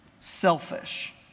selfish